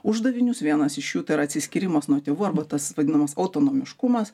uždavinius vienas iš jų tai yra atsiskyrimas nuo tėvų arba tas vadinamas autonomiškumas